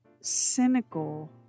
cynical